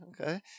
okay